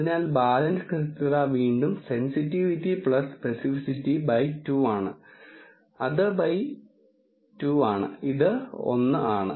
അതിനാൽ ബാലൻസ് കൃത്യത വീണ്ടും സെൻസിറ്റിവിറ്റി സ്പെസിസിറ്റി ബൈ 2 ആണ് അത് 2 ബൈ 2 ആണ് ഇത് 1 ആണ്